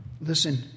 listen